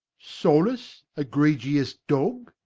solus, egregious dog?